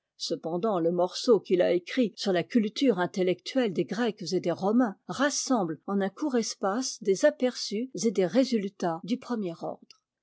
cependant le morceau qu'il a écrit ur la culture intellectuelle des grecs et des romains rassemble en un court espace des aperçus et des résultats du premier ordre